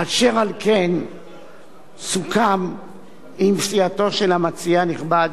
אשר על כן סוכם עם סיעתו של המציע הנכבד,